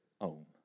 own